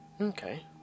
Okay